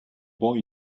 boy